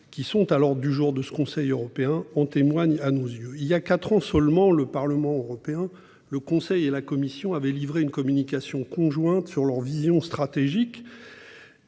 mises à l'ordre du jour de ce Conseil européen en témoigne à nos yeux. Il y a quatre ans seulement, le Parlement européen, le Conseil européen et la Commission européenne publiaient une communication conjointe sur leur vision stratégique